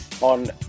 on